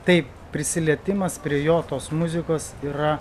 taip prisilietimas prie jo tos muzikos yra